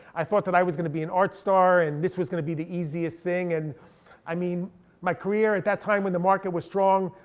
i thought that i was gonna be an art star, and this was gonna be the easiest thing. and i mean my career at that time, when the market was strong,